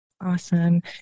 awesome